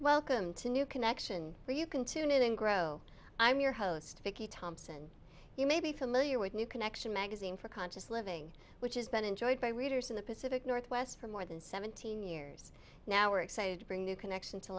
welcome to new connection where you can tune in and grow i'm your host vicky thompson you may be familiar with new connection magazine for conscious living which has been enjoyed by readers in the pacific northwest for more than seventeen years now we're excited to bring a new connection to